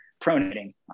pronating